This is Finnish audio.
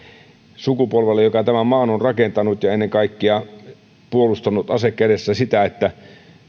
sukupolvelle joka tämän maan on rakentanut ja ennen kaikkea puolustanut ase kädessä sitä että